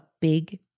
big